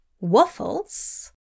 Waffles